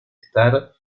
estar